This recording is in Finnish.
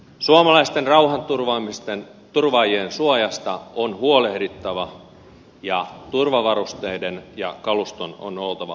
suomalaisten rauhanturvaajien suojasta on huolehdittava ja turvavarusteiden ja kaluston on oltava ajanmukaisia